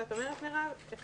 יש